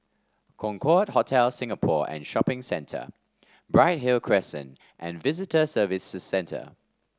Concorde Hotel Singapore and Shopping Centre Bright Hill Crescent and Visitor Services Centre